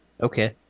Okay